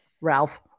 Ralph